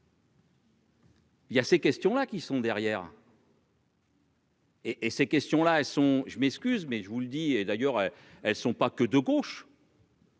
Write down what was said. Il y a ces questions-là qui sont derrière. Et et ces questions là sont. Je m'excuse, mais je vous le dis et d'ailleurs elles sont pas que de gauche.